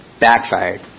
backfired